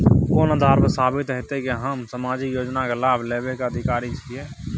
कोन आधार पर साबित हेते की हम सामाजिक योजना के लाभ लेबे के अधिकारी छिये?